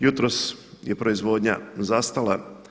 Jutros je proizvodnja zastala.